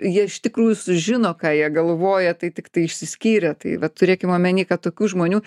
jie iš tikrųjų sužino ką jie galvoja tai tiktai išsiskyrę tai vat turėkim omeny kad tokių žmonių